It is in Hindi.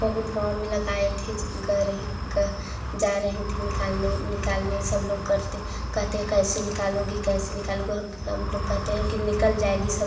बहुत गाँव में लगाए थे रही गा जा रही थीं निकालने निकालने सब लोग करते कहते हैं कैसे निकालोगी कैसे निकालोगी हम हम लोग कहते हैं कि निकल जाएगी सब